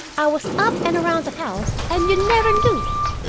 i was up and around the house, and you never knew it.